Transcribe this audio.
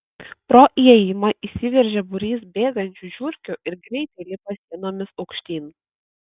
pro įėjimą įsiveržia būrys bėgančių žiurkių ir greitai lipa sienomis aukštyn